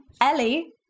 Ellie